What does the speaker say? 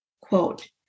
quote